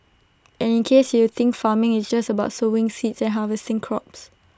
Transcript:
and in case you think farming is just about sowing seeds and harvesting crops